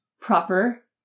proper